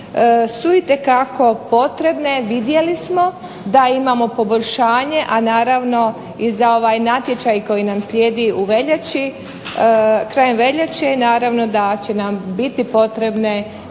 su itekako potrebne, vidjeli smo da imamo poboljšanje, a naravno i za ovaj natječaj koji će nam slijedi u veljači, krajem veljače naravno da će nam biti potrebna